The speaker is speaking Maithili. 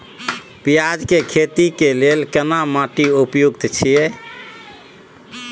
पियाज के खेती के लेल केना माटी उपयुक्त छियै?